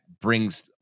brings